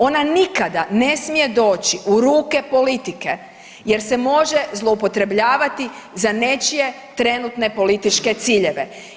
Ona nikada ne smije doći u ruke politike jer se može zloupotrebljavati za nečije trenutne političke ciljeve.